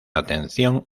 atención